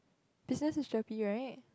business is GERPE right